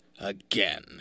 again